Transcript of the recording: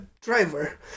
driver